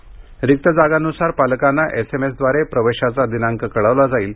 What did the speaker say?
रिक्त जागांनुसार पालकांना एसएमएसद्वारे प्रवेशाचा दिनांक कळवला जाईल